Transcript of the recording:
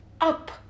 up